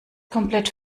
komplett